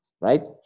Right